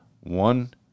One